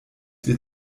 wir